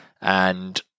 and-